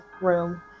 room